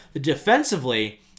defensively